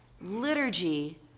liturgy